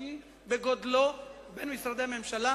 השלישי בגודלו במשרדי הממשלה,